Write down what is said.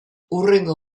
hurrengo